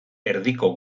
erdiko